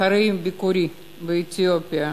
אחרי ביקורי באתיופיה